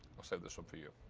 i'll save this um for you.